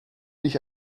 ich